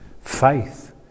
faith